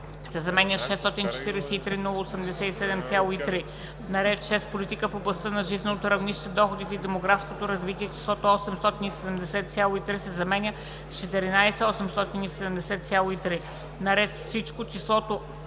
се заменя с „643 087,3“; - на ред 6. „Политика в областта на жизненото равнище, доходите и демографското развитие“ числото „870,3“ се заменя с „14 870,3“; - на ред „Всичко“ числото